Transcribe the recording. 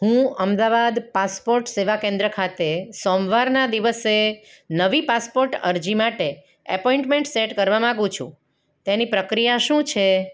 હું અમદાવાદ પાસપોટ સેવા કેન્દ્ર ખાતે સોમવારના દિવસે નવી પાસપોટ અરજી માટે એપોઇન્ટમેન્ટ સેટ કરવા માગુ છું તેની પ્રક્રિયા શું છે